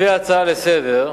ביבי נתניהו.